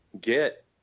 get